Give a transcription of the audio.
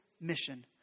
mission